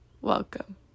welcome